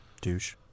Douche